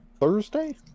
Thursday